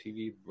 TV